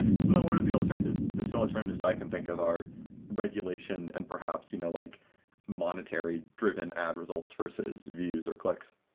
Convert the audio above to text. so then what are the alternatives? the two alternatives i can think of are regulation and perhaps you know like monetary-driven ad results versus views or clicks.